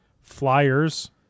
flyers